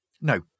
No